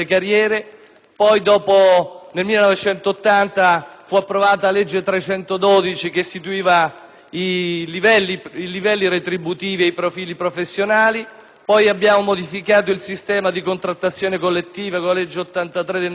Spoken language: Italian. nel 1980 fu approvata la legge n. 312, che istituiva i livelli retributivi ed i profili professionali. In seguito, abbiamo modificato il sistema di contrattazione collettiva con la legge n. 83 del 1993;